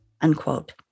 unquote